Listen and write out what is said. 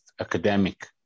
academic